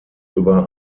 über